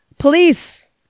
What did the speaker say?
Police